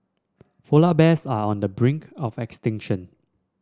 polar bears are on the brink of extinction